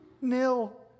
nil